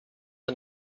her